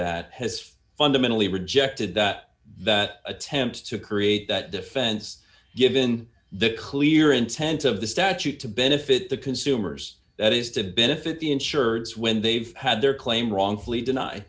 that has fundamentally rejected that that attempts to create that defense given the clear intent of the statute to benefit the consumers that is to benefit the insureds when they've had their claim wrongfully denied